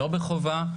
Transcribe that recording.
לא מחובה,